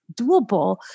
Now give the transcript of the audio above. doable